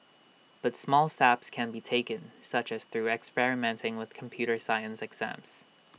but small steps can be taken such as through experimenting with computer science exams